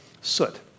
soot